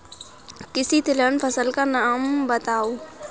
किसी तिलहन फसल का नाम बताओ